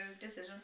decision